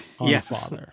Yes